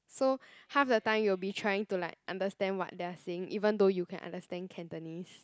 so half the time you will be trying to like understand what they are saying even though you can understand Cantonese